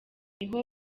niho